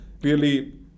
clearly